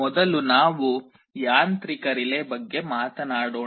ಮೊದಲು ನಾವು ಯಾಂತ್ರಿಕ ರಿಲೇ ಬಗ್ಗೆ ಮಾತನಾಡೋಣ